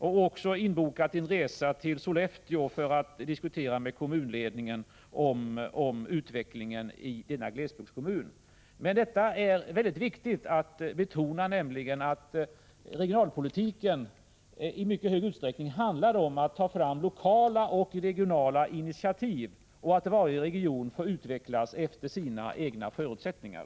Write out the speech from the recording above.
Jag har även bokat in en resa till Sollefteå för att med kommunledningen diskutera utvecklingen i denna glesbygdskommun. Det är emellertid mycket viktigt att betona att regionalpolitiken i mycket hög grad handlar om att ta fram lokala och regionala initiativ och att varje region får utvecklas efter sina egna förutsättningar.